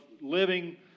living